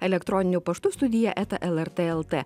elektroniniu paštu studija eta lrt lt